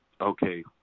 okay